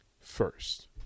first